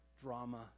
drama